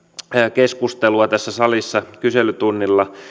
keskustelua tässä salissa kyselytunnilla